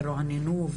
רועננו,